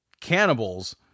cannibals